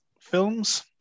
films